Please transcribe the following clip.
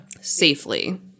Safely